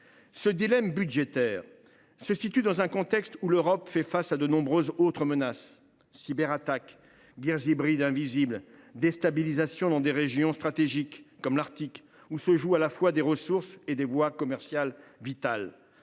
Ce dilemme budgétaire se noue dans un contexte où l’Europe fait face à de nombreuses autres menaces : cyberattaques, guerres hybrides invisibles, déstabilisation dans des régions stratégiques comme l’Arctique, du fait de ses ressources et de ses voies commerciales vitales.